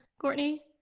Courtney